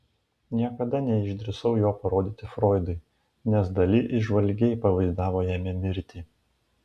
niekada neišdrįsau jo parodyti froidui nes dali įžvalgiai pavaizdavo jame mirtį